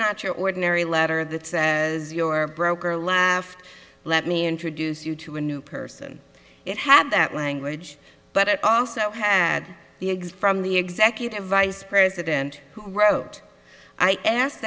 not your ordinary letter that says your broker laughed let me introduce you to a new person it had that language but it also had the eggs from the executive vice president who wrote i ask